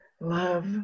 love